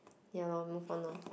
ya loh move on loh